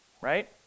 right